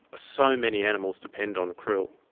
so many animals depend on krill.